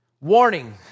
warning